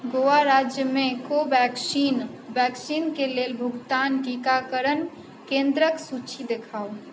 गोवा राज्यमे कोवैक्सीन वैक्सीनके लेल भुगतान टीकाकरण केन्द्रके सूची देखाउ